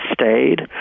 stayed